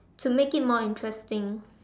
to make it more interesting